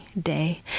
day